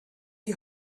die